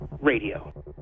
Radio